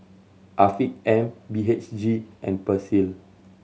Afiq M B H G and Persil